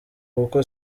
kuko